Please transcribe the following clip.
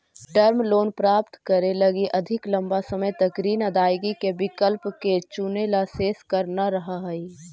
term loan प्राप्त करे लगी अधिक लंबा समय तक ऋण अदायगी के विकल्प के चुनेला शेष कर न रहऽ हई